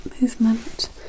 movement